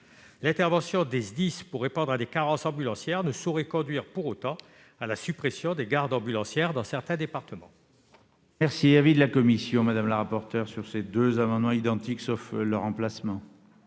L'intervention des SDIS pour répondre à des carences ambulancières ne saurait conduire, pour autant, à la suppression des gardes ambulancières dans certains départements.